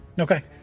okay